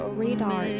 radar